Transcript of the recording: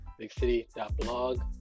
BigCity.blog